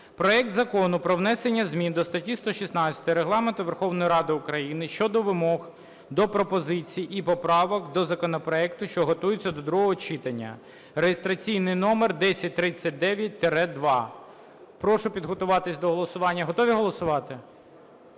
проект Закону про внесення змін до статті 116 Регламенту Верховної Ради України щодо вимог до пропозицій і поправок до законопроекту, що готується до другого читання (реєстраційний номер 1039-2). Прошу підготуватись до голосування. Готові голосувати?